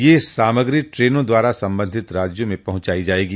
ये सामग्री ट्रेनों द्वारा संबंधित राज्यों में पहुंचाई जाएगी